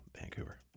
Vancouver